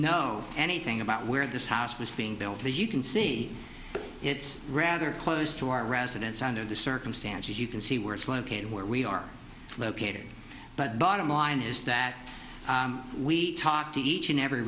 know anything about where this house was being built as you can see it's rather close to our residence under the circumstances you can see where it's located where we are located but bottom line is that we talk to each and every